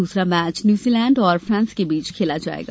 दूसरा match New Zealand और France के बीच खेला जायेगा